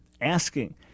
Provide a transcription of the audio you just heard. asking